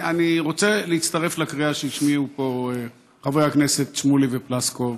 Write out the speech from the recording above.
אני רוצה להצטרף לקריאה שהשמיעו פה חברי הכנסת שמולי ופלוסקוב.